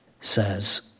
says